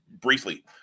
briefly